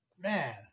man